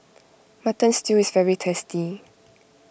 Mutton Stew is very tasty